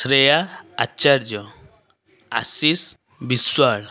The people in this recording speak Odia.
ଶ୍ରେୟା ଆର୍ଚାଯ୍ୟ ଆଶିଷ ବିଶ୍ୱାଳ